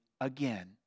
again